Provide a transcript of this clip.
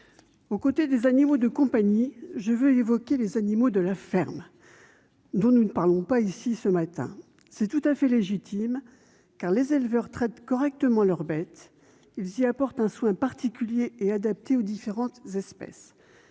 Aux côtés des animaux de compagnie, je veux évoquer les animaux de la ferme, dont nous ne parlons pas ce matin ; c'est d'ailleurs tout à fait légitime, car les éleveurs traitent correctement leurs bêtes et apportent un soin particulier et adapté aux différentes espèces.